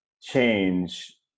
change